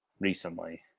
recently